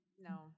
No